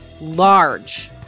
large